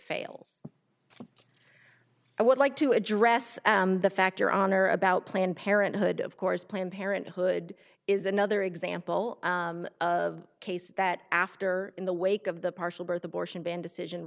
fails i would like to address the factor on or about planned parenthood of course planned parenthood is another example of a case that after in the wake of the partial birth abortion ban decision